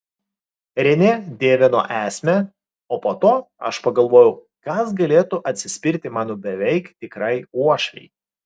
renė dievino esmę o po to aš pagalvojau kas galėtų atsispirti mano beveik tikrai uošvei